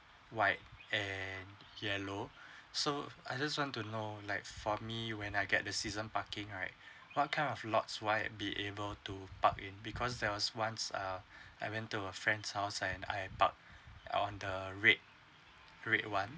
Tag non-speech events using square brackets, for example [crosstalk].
white and yellow [breath] so I just want to know like for me when I get the season parking right [breath] what kind of lots why be able to park in because there was once err [breath] I went to a friend's house and I park [breath] on the red red one